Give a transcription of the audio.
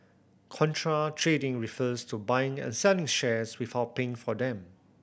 contra trading refers to buying and selling shares without paying for them